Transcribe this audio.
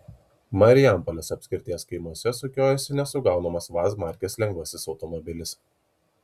marijampolės apskrities kaimuose sukiojasi nesugaunamas vaz markės lengvasis automobilis